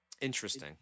Interesting